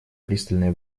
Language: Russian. пристальное